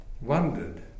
Wondered